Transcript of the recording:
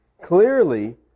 clearly